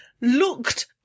looked